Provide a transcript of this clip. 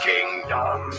Kingdom